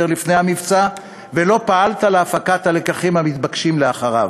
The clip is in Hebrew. לפני המבצע ולא פעלת להפקת הלקחים המתבקשים לאחריו.